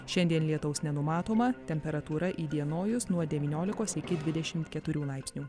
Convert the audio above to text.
šiandien lietaus nenumatoma temperatūra įdienojus nuo devyniolikos iki dvidešimt keturių laipsnių